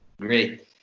great